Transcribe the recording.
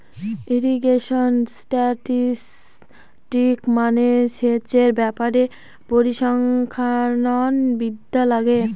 irrigation statistics মানে সেচের ব্যাপারে পরিসংখ্যান বিদ্যা লাগে